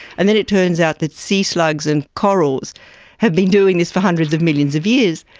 and then it turns out that sea slugs and corals have been doing this for hundreds of millions of years.